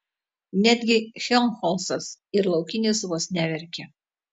netgi helmholcas ir laukinis vos neverkė